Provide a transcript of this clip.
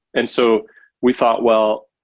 and so we thought, well,